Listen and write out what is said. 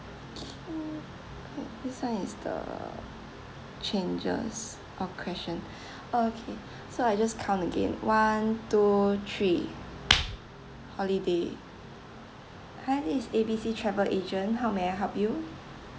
okay this one is the changes or question okay so I just count again one two three holiday hi this A B C travel agent how may I help you